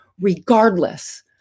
regardless